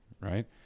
right